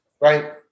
Right